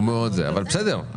בסדר,